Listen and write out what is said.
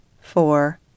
four